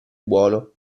buono